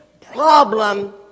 problem